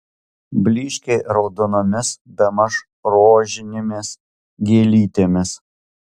blyškiai raudonomis bemaž rožinėmis gėlytėmis